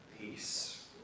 peace